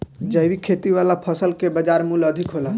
जैविक खेती वाला फसल के बाजार मूल्य अधिक होला